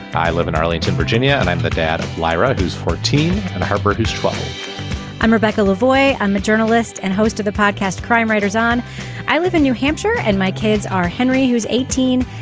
i live in arlington virginia and i'm the dad. lyra who's fourteen and her british trouble i'm rebecca lavoy. i'm the journalist and host of the podcast crime writers on i live in new hampshire and my kids are henry who's eighteen.